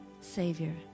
Savior